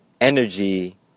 energy